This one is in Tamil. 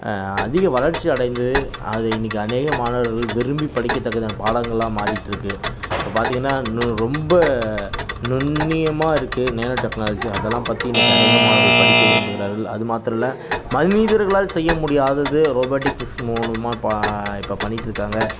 அதிக வளர்ச்சி அடைந்து அது இன்னக்கு அநேக மாணவர்கள் விரும்பி படிக்கத்தக்கதான பாடங்களாக மாறிகிட்டு இருக்கு இப்போ பார்த்திங்கன்னா இன்னும் ரொம்ப நுண்ணியமாக இருக்கு நேனோ டெக்னாலஜி அதெல்லாம் பற்றி இன்னக்கு அநேக மாணவர்கள் படிக்க விரும்புகிறார்கள் அது மாத்திரம் இல்லை மனிதர்களால் செய்ய முடியாதது ரோபோடிக்ஸ் மூலியமாக பா இப்போ பண்ணிக்கிட்யிருக்காங்க